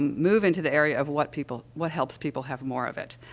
move into the area of what people what helps people have more of it.